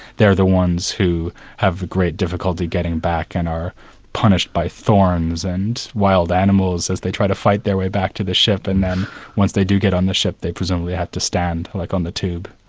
they're the ones who have the great difficulty getting back, and are punished by thorns and wild animals as they try to fight their way back to the ship, and then once they do get on the ship, they presumably have to stand, like on the tube